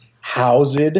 Housed